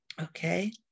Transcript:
Okay